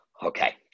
Okay